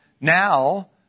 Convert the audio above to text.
now